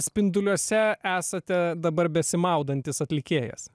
spinduliuose esate dabar besimaudantis atlikėjas